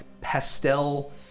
pastel